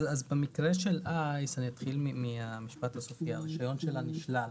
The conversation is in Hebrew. במקרה של אייס, הרישיון שלה נשלל.